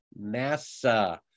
nasa